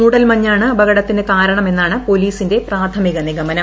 മൂടൽമഞ്ഞാണ് അപകടത്തിന് കാരണമെന്നാണ് പൊലീസിന്റെ പ്രാഥമിക നിഗമനം